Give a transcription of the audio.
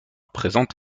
présente